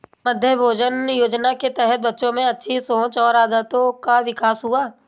मध्याह्न भोजन योजना के तहत बच्चों में अच्छी सोच और आदतों का विकास हुआ